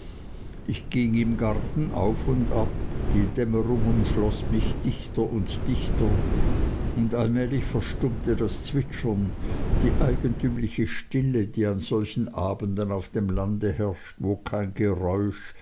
ich ging im garten auf und ab die dämmerung umschloß mich dichter und dichter und allmählich verstummte das zwitschern die eigentümliche stille die an solchen abenden auf dem lande herrscht wo kein geräusch